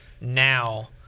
Now